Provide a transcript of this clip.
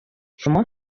شما